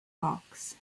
box